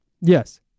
Yes